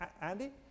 Andy